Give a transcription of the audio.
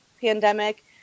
pandemic